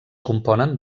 componen